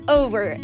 over